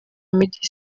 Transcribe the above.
meddy